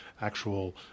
actual